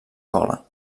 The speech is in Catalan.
cola